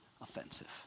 offensive